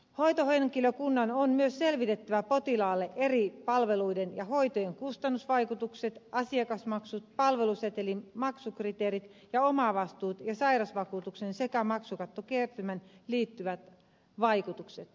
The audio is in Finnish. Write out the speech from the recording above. hoitohenkilökunnan on myös selvitettävä potilaalle eri palveluiden ja hoitojen kustannusvaikutukset asiakasmaksut palvelusetelin maksukriteerit ja omavastuut ja sairausvakuutukseen sekä maksukattokertymään liittyvät vaikutukset